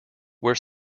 where